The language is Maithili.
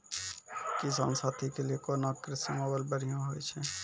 किसान साथी के लिए कोन कृषि मोबाइल बढ़िया होय छै?